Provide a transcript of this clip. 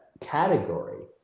category